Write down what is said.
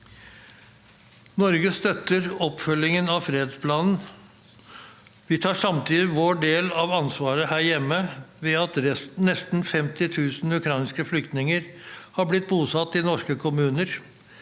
Norge støtter oppfølgingen av fredsplanen. Vi tar samtidig vår del av ansvaret – her hjemme ved at nesten 50 000 ukrainske flyktninger er blitt bosatt i norske kommuner,